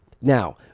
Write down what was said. now